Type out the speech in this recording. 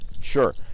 Sure